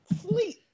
sleep